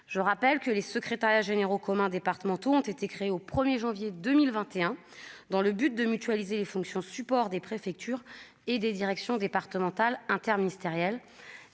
je rappelle que les secrétariats généraux communs départementaux ont été créés au 1er janvier 2021, dans le but de mutualiser les fonctions support des préfectures et des directions départementales interministérielles